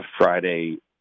Friday